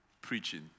preaching